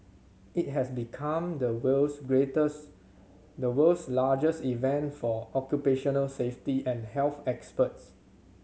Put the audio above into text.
it has become the world's greatest the world's largest event for occupational safety and health experts